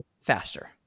faster